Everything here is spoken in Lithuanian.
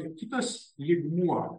kitas lygmuo